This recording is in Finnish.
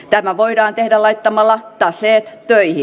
tämä voidaan tehdä laittamalla taseet töihin